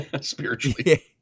spiritually